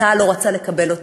צה"ל לא רצה לקבל אותו.